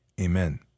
amen